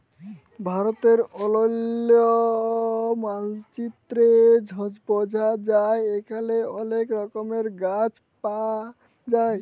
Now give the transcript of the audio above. ভারতের অলন্য মালচিত্রে বঝা যায় এখালে অলেক রকমের গাছ পায়া যায়